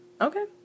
Okay